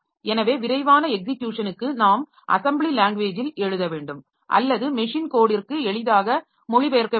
எனவே விரைவான எக்ஸிக்யூஷனுக்கு நாம் அசெம்பிளி லாங்வேஜில் எழுத வேண்டும் அல்லது மெஷின் கோடிற்கு எளிதாக மொழிபெயர்க்க வேண்டும்